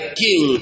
king